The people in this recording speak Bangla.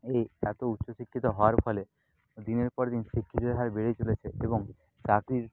এই এত উচ্চ শিক্ষিত হওয়ার ফলে দিনের পর দিন শিক্ষিতের হার বেড়েই চলেছে এবং চাকরির